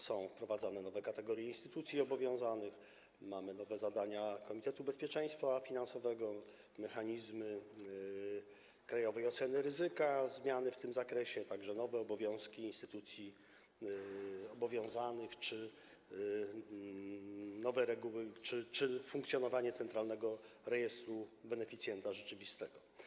Są wprowadzane nowe kategorie instytucji obowiązanych, nowe zadania Komitetu Bezpieczeństwa Finansowego, mechanizmy krajowej oceny ryzyka, zmiany w tym zakresie, także nowe obowiązki instytucji obowiązanych czy nowe reguły funkcjonowania centralnego rejestru beneficjenta rzeczywistego.